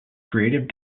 creative